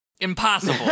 Impossible